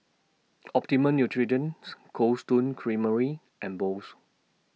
Optimum Nutrition's Cold Stone Creamery and Bose